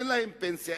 אין להם פנסיה,